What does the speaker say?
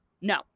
No